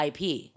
IP